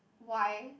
why